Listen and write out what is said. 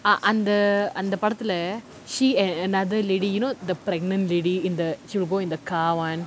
ah அந்த படத்துல:antha padathula she and another lady you know the pregnant lady in the she will go in the car [one]